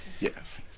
yes